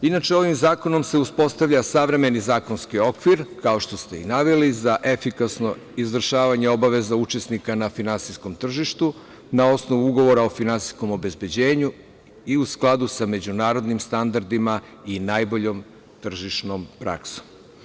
Inače, ovim zakonom se uspostavlja savremeni zakonski okvir, kao što ste i naveli, za efikasno izvršavanje obaveza učesnika na finansijskom tržištu na osnovu ugovora o finansijskom obezbeđenju i u skladu sa međunarodnim standardima i najboljom tržišnom praksom.